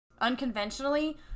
unconventionally